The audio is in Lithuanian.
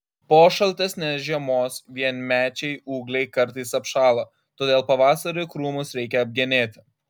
po šaltesnės žiemos vienmečiai ūgliai kartais apšąla todėl pavasarį krūmus reikia apgenėti